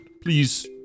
please